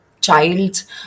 child's